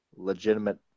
legitimate